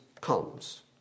comes